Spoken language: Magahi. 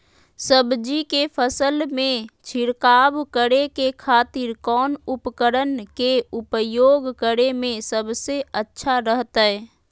सब्जी के फसल में छिड़काव करे के खातिर कौन उपकरण के उपयोग करें में सबसे अच्छा रहतय?